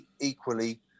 equally